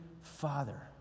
Father